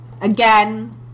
again